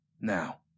Now